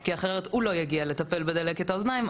כי אחרת הוא לא יגיע לטפל בדלקת האוזניים,